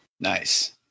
Nice